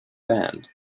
band